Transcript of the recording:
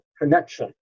connection